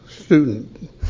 student